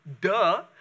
Duh